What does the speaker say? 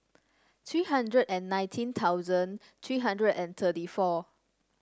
three hundred and nineteen thousand three hundred and thirty four